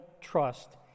trust